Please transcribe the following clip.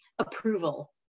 approval